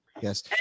Yes